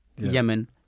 Yemen